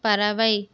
பறவை